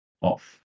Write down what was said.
off